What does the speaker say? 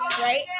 right